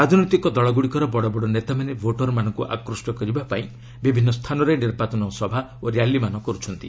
ରାଜନୈତିକ ଦଳଗୁଡ଼ିକର ବଡ଼ ବଡ଼ ନେତାମାନେ ଭୋଟରମାନଙ୍କୁ ଆକ୍ରୁଷ୍ଟ କରିବା ପାଇଁ ବିଭିନ୍ନ ସ୍ଥାନରେ ନିର୍ବାଚନ ସଭା ଓ ର୍ୟାଲିମାନ କର୍ତ୍ଥନ୍ତି